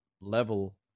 level